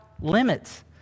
limits